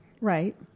Right